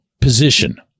position –